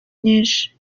nyinshi